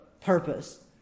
purpose